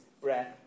breath